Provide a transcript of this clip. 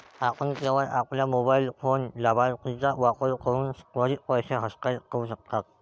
आपण केवळ आपल्या मोबाइल फोन लाभार्थीचा वापर करून त्वरित पैसे हस्तांतरित करू शकता